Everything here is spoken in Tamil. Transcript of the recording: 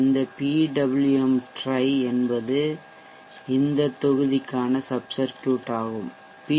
இந்த PWM tri என்பது இந்த தொகுதிக்கான சப் சர்க்யூட் ஆகும் பி